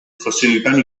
facilitant